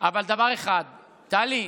אבל דבר אחד, טלי,